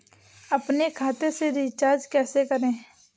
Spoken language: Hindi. अपने खाते से रिचार्ज कैसे करें?